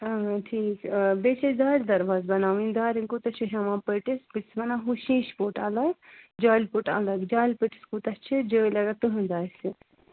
ٹھیٖک آ بیٚیہِ چھِ اَسہِ دارِ دروازٕ بَناوٕنۍ دارٮ۪ن کوٗتاہ چھِ ہٮ۪وان پٔٹِس بہٕ چھَس وَنان ہُہ شیٖشہٕ پوٚٹ اَلگ جالہِ پوٚٹ اَلَگ جالہِ پٔٹِس کوٗتاہ چھِ جٲلۍ اگر تُہٕنٛز آسہِ